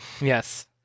Yes